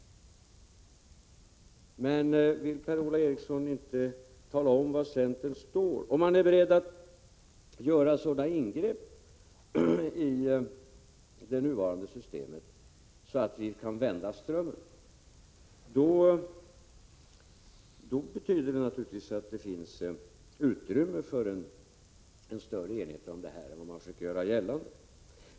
Det vore bra om Per-Ola Eriksson ville tala om var centern står — om man är beredd att göra sådana ingrepp i det nuvarande systemet att vi kan vända strömmen. Då betyder det naturligtvis att det finns utrymme för en större enighet om det här än vad man försöker göra gällande.